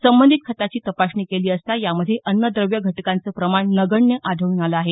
संबंधित खताची तपासणी केली असता यामध्ये अन्नद्रव्य घटकाचं प्रमाण नगण्य आढळून आलं आहे